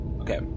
Okay